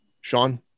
Sean